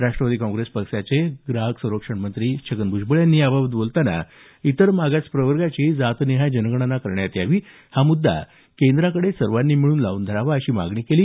राष्ट्रवादी काँग्रेस पक्षाचे नेते ग्राहक संरक्षण मंत्री छगन भ्जबळ यांनी याबाबत बोलताना इतरमागास प्रवर्गाची जातनिहाय जनगणना करण्यात यावी हा मुद्दा केंद्राकडे सर्वाँनी मिळून लावून धरावा अशी मागणी केली